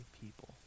people